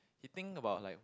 he think about like